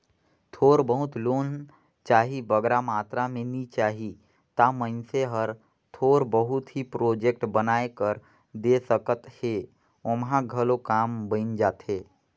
थोर बहुत लोन चाही बगरा मातरा में नी चाही ता मइनसे हर थोर बहुत ही प्रोजेक्ट बनाए कर दे सकत हे ओम्हां घलो काम बइन जाथे